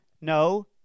No